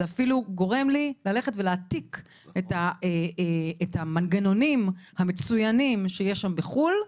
זה אפילו גורם לי ללכת ולהעתיק את המנגנונים המצוינים שיש שם בחו"ל,